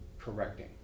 correcting